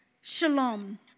Shalom